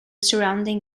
surrounding